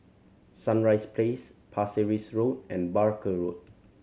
Sunrise Place Pasir Ris Road and Barker Road